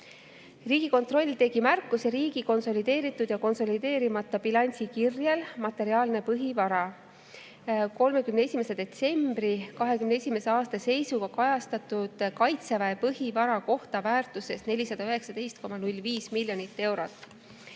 Riigikontroll tegi märkuse riigi konsolideeritud ja konsolideerimata bilansi kirjel "Materiaalne põhivara" 31. detsembri 2021. aasta seisuga kajastatud Kaitseväe põhivara kohta väärtuses 419,05 miljonit eurot.